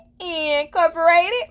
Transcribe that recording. Incorporated